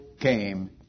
came